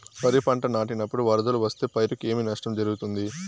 వరిపంట నాటినపుడు వరదలు వస్తే పైరుకు ఏమి నష్టం జరుగుతుంది?